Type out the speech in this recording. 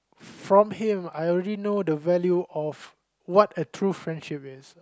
from him I already know the value of what a true friendship is